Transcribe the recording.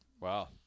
Wow